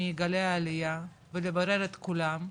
מגליי העלייה ולברר את כולם,